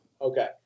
Okay